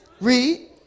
Read